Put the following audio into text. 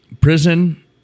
prison